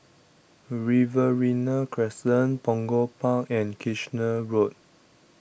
Riverina Crescent Punggol Park and Kitchener Road